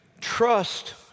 Trust